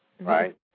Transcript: right